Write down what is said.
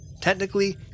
Technically